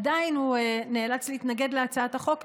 עדיין הוא נאלץ להתנגד להצעת החוק,